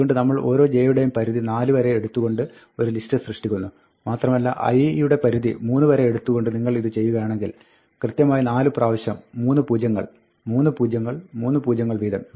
അതുകൊണ്ട് നമ്മൾ ഓരോ j യുടെയും പരിധി 4 വരെ എടുത്തുകൊണ്ട് ഒരു ലിസ്റ്റ് സൃഷ്ടിക്കുന്നു മാത്രമല്ല i യുടെ പരിധി 3 വരെ എടുത്തുകൊണ്ട് നിങ്ങൾ ഇത് ചെയ്യുകയാണെങ്കിൽ കൃത്യമായി 4 പ്രാവശ്യം 3 പൂജ്യങ്ങൾ 3 പൂജ്യങ്ങൾ 3 പൂജ്യങ്ങൾ വീതം